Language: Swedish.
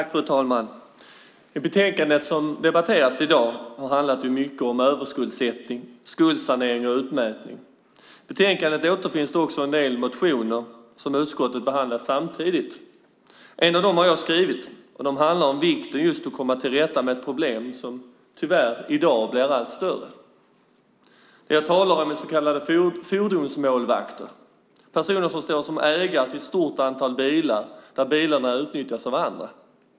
Fru talman! Betänkandet som debatteras i dag handlar mycket om överskuldsättning, skuldsanering och utmätning. I betänkandet återfinns också en del motioner som utskottet behandlat. En av dem har jag skrivit, och den handlar om vikten av att komma till rätta med ett problem som, tyvärr, i dag blir allt större. Det jag talar om är så kallade fordonsmålvakter, personer som står som ägare till ett stort antal bilar som nyttjas av andra.